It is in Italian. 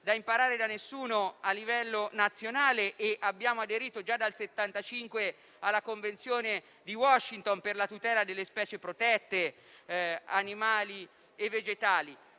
da imparare da nessuno a livello nazionale e abbiamo aderito già dal 1975 alla Convenzione di Washington per la tutela delle specie protette animali e vegetali.